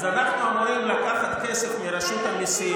אז אנחנו אמורים לקחת כסף מרשות המיסים.